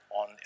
on